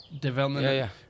development